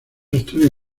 estudios